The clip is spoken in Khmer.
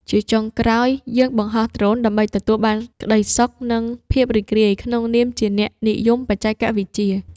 ជាចុងក្រោយ យើងបង្ហោះដ្រូនដើម្បីទទួលបានក្តីសុខ និងភាពរីករាយក្នុងនាមជាអ្នកនិយមបច្ចេកវិទ្យា។